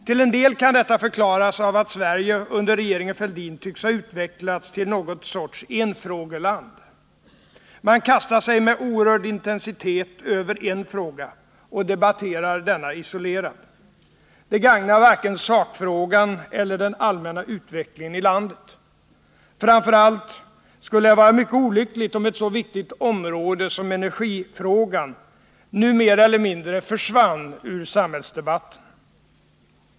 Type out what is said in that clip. Till en del kan detta förklaras av att Sverige under regeringen Fälldin tycks ha utvecklats till någon sorts enfrågeland. Man kastar sig med oerhörd intensitet över en fråga och debatterar denna isolerat. Det gagnar varken sakfrågan eller den allmänna utvecklingen i landet. Framför allt skulle det vara mycket olyckligt om en så viktig fråga som energifrågan nu mer eller mindre försvann ur samhällsdebatten.